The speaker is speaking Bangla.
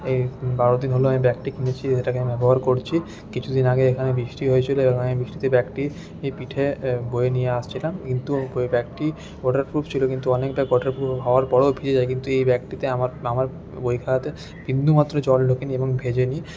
এই বারো দিন হল আমি ব্যাগটি কিনেছি যেটা আমি ব্যবহার করছি কিছুদিন আগে এখানে বৃষ্টি হয়েছিলো এবং বৃষ্টিতে আমি ব্যাগটি পিঠে বয়ে নিয়ে আসছিলাম কিন্তু ওই ব্যাগটি ওয়াটারপ্রুফ ছিল কিন্তু অনেক ব্যাগ ওয়াটারপ্রুফ হওয়ার পরও ভিজে যায় কিন্তু এই ব্যাগটিতে আমার আমার বই খাতাতে বিন্দু মাত্র জল ঢোকেনি এবং ভেজেনি